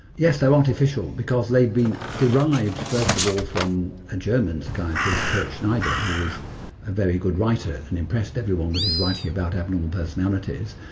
yes, they're artificial because they've been derived, first of all, from a german psychiatrist, kurt schneider, who was a very good writer and impressed everyone with his writing about abnormal personalities,